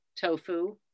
tofu